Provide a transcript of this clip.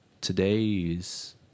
Today's